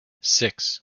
six